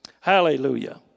Hallelujah